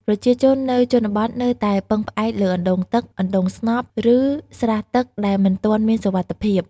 ប្រជាជននៅជនបទនៅតែពឹងផ្អែកលើអណ្ដូងទឹក អណ្ដូងស្នប់ ឬស្រះទឹកដែលមិនទាន់មានសុវត្ថិភាព។